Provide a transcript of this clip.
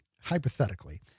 hypothetically